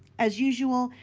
as usual,